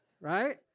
right